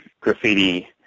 graffiti